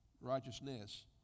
righteousness